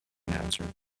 answered